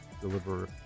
deliver